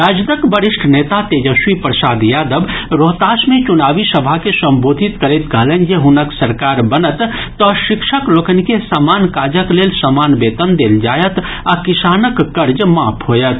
राजदक वरिष्ठ नेता तेजस्वी प्रसाद यादव रोहतास मे चुनावी सभा के संबोधित करैत कहलनि जे हुनक सरकार बनत तऽ शिक्षक लोकनि के समान काजक लेल समान वेतन देल जायत आ किसानक कर्ज माफ होयत